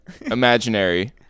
imaginary